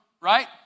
right